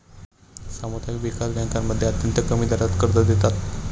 सामुदायिक विकास बँकांमध्ये अत्यंत कमी दरात कर्ज देतात